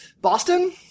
Boston